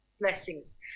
blessings